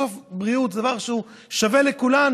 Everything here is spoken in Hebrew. בסוף, בריאות זה דבר שהוא שווה לכולנו.